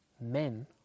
men